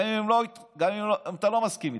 גם אם אתה לא מסכים איתם,